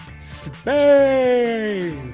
space